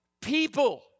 people